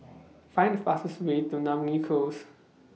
Find The fastest Way to Namly Close